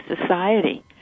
society